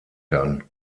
kann